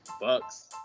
Bucks